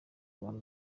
rwanda